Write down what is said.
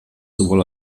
sowohl